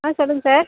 ஆ சொல்லுங்கள் சார்